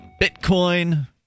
bitcoin